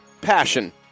passion